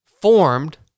formed